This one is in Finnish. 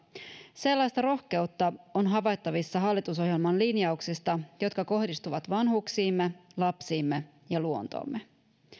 sellaista rohkeutta on havaittavissa hallitusohjelman linjauksista jotka kohdistuvat vanhuksiimme lapsiimme ja luontoomme